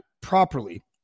properly